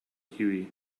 hughie